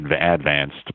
advanced